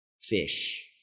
fish